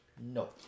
No